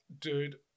dude